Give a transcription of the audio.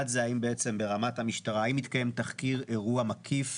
האם ברמת המשטרה התקיים תחקיר אירוע מקיף